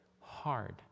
hard